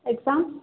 exam